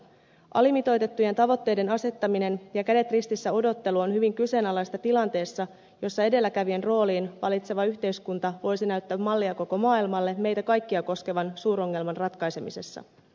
alimitoitettujen tavoitteiden asettaminen ja kädet ristissä odottelu on hyvin kyseenalaista tilanteessa jossa edelläkävijän roolin valitseva yhteiskunta voisi näyttää mallia koko maailmalle meitä kaikkia koskevan suurongelman ratkaisemisessa